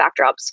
backdrops